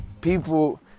People